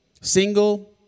Single